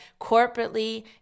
corporately